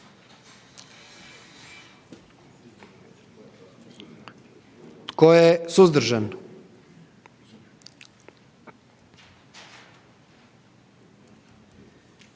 Tko je suzdržan?